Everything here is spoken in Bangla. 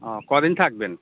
ও কদিন থাকবেন